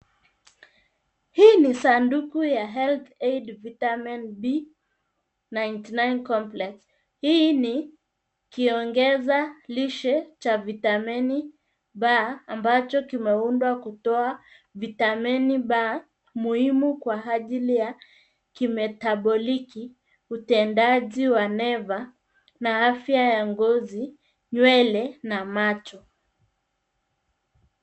Hii ni sanduku ya Health Aid Vitamin B ninety-nine Complex . Hii ni kiongeza lishe cha vitamini B ambacho kimeundwa kutoa vitamini B muhimu kwa ajili ya kimetaboliki, utendaji wa nerve na afya ya ngozi, nywele na macho.